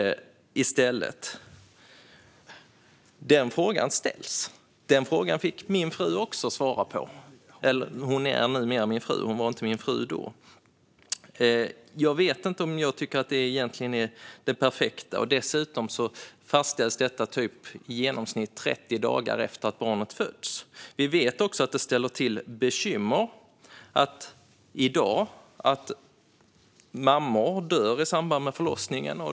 Den frågan ställs. Den frågan fick även min fru svara på - hon är numera min fru men var inte min fru då. Jag vet inte om jag tycker att det är det perfekta. Dessutom fastställs detta i genomsnitt 30 dagar efter att barnet fötts. Vi vet att detta ställer till bekymmer i dag när mammor dör i samband med förlossningen.